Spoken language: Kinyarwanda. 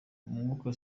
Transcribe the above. umwuka